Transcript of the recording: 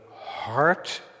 heart